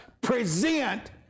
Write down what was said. present